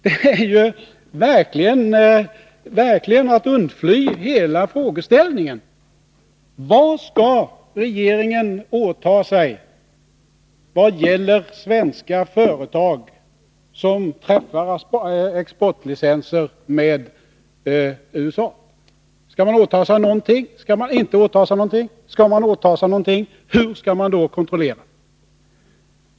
Det är ju verkligen att undfly hela frågeställningen. Vad skall regeringen åta sig vad det gäller svenska företag som träffar avtal om exportlicenser med USA? Skall man åta sig någonting eller skall man inte åta sig någonting? Och om man skall åta sig någonting, hur skall det då kontrolleras?